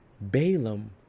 Balaam